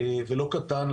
ולא קטן,